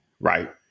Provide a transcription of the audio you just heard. right